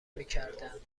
میکردند